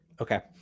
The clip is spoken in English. Okay